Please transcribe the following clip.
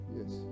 Yes